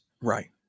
Right